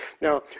now